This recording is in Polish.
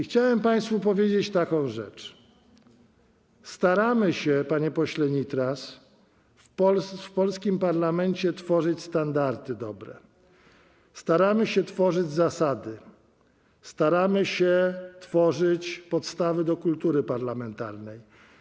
Chciałem państwu powiedzieć taką rzecz: staramy się, panie pośle Nitras, w polskim parlamencie tworzyć standardy dobre, staramy się tworzyć zasady, staramy się tworzyć podstawy do kultury parlamentarnej.